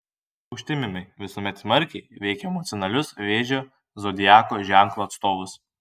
užtemimai visuomet smarkiai veikia emocionalius vėžio zodiako ženklo atstovus